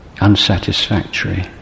unsatisfactory